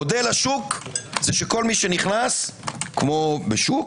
מודל השוק זה שכל מי שנכנס כמו בשוק